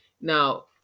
Now